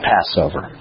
Passover